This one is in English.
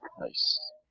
Nice